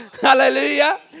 Hallelujah